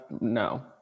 no